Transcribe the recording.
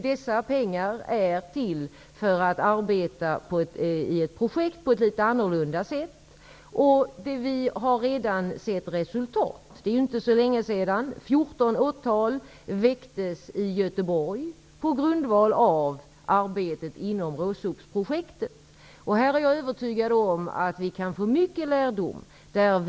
Dessa pengar är till för att arbeta på ett litet annorlunda sätt i ett projekt. Vi har redan sett resultat. Det är inte så länge sedan 14 åtal väcktes i Göteborg på grundval av arbetet inom RÅSOP-projektet. Jag är övertygad om att vi kommer att få mycket lärdomar av detta.